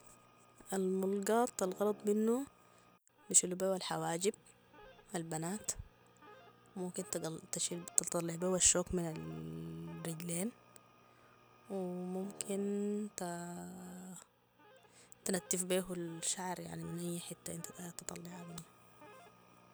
الملقاط الغرض منو بيشيلو بيو الحواجب البنات وممكن- تشيل تطلع بيو الشوك من الرجلين وممكن تنتف بيهو الشعر يعني من اي حتة انت تطلعا منو